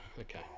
Okay